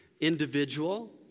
individual